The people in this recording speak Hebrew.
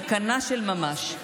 סכנה של ממש.